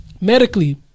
medically